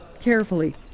carefully